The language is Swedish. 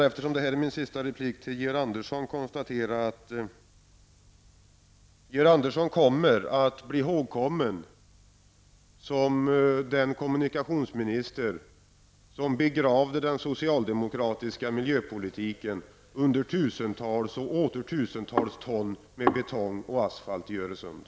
Eftersom detta är min sista replik till Georg Andersson vill jag konstatera att Georg Andersson kommer att bli ihågkommen som den kommunikationsminister som begravde den socialdemokratiska miljöpolitiken under tusentals och åter tusentals ton betong och asfalt i Öresund.